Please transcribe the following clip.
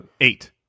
eight